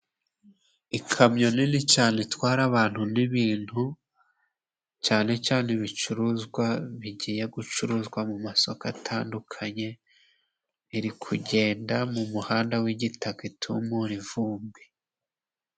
Ikamyo nini cyane itwara abantu n'ibintu, cyane cyane ibicuruzwa bigiye gucuruzwa mu masoko atandukanye, iri kugenda mu muhanda w'igitaka itumura ivumbi.